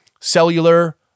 cellular